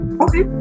Okay